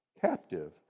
captive